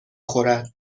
خورد